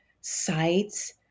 sites